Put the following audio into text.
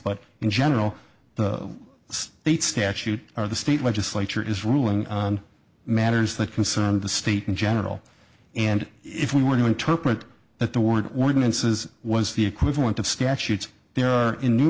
but in general the state statute or the state legislature is ruling on matters that concern the state in general and if we were to interpret that the word ordinances was the equivalent of statutes there